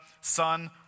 son